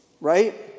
right